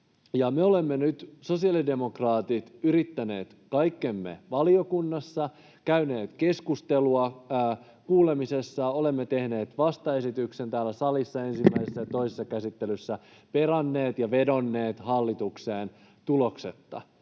Me sosiaalidemokraatit olemme nyt yrittäneet kaikkemme valiokunnassa, käyneet keskustelua kuulemisessa, olemme tehneet vastaesityksen täällä salissa ensimmäisessä ja toisessa käsittelyssä, peranneet ja vedonneet hallitukseen tuloksetta.